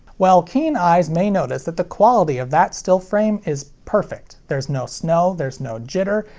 well, keen eyes may notice that the quality of that still frame is perfect. there's no snow, there's no jitter,